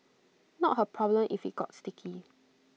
not her problem if IT got sticky